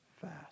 fast